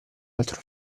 altro